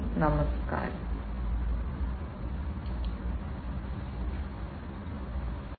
ഇവ വ്യത്യസ്തമായ റഫറൻസുകളാണ് ഇതോടെ ഞങ്ങൾ ഈ പ്രഭാഷണം അവസാനിപ്പിക്കുന്നു